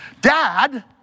Dad